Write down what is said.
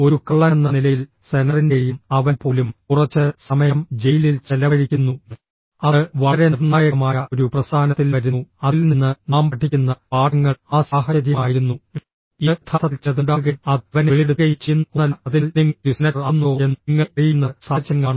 ഒരു കള്ളനെന്ന നിലയിൽ സെനറിൻറെയും അവൻ പോലും കുറച്ച് സമയം ജയിലിൽ ചെലവഴിക്കുന്നു അത് വളരെ നിർണായകമായ ഒരു പ്രസ്ഥാനത്തിൽ വരുന്നു അതിൽ നിന്ന് നാം പഠിക്കുന്ന പാഠങ്ങൾ ആ സാഹചര്യമായിരുന്നു ഇത് യഥാർത്ഥത്തിൽ ചിലത് ഉണ്ടാക്കുകയും അത് അവനെ വെളിപ്പെടുത്തുകയും ചെയ്യുന്ന ഒന്നല്ല അതിനാൽ നിങ്ങൾ ഒരു സെനറ്റർ ആകുന്നുണ്ടോ എന്ന് നിങ്ങളെ അറിയിക്കുന്നത് സാഹചര്യങ്ങളാണ്